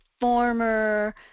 former